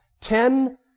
ten